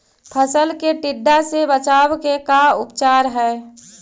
फ़सल के टिड्डा से बचाव के का उपचार है?